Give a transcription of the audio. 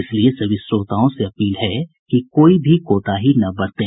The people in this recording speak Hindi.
इसलिए सभी श्रोताओं से अपील है कि कोई भी कोताही न बरतें